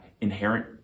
inherent